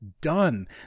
done